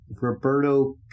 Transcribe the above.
Roberto